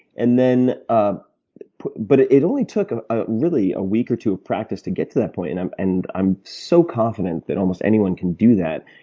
and ah but it it only took ah ah really a week or two of practice to get to that point. and i'm and i'm so confident that almost anyone can do that.